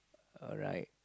alright